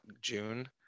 June